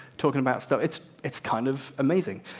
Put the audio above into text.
talking about stuff. it's it's kind of amazing.